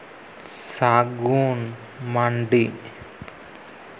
ᱥᱟᱹᱜᱩᱱ ᱢᱟᱱᱰᱤ